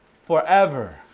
forever